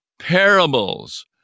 parables